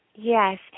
Yes